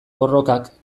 borrokak